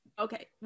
Okay